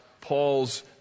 Paul's